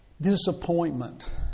disappointment